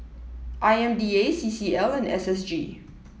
I M D A C C L and S S G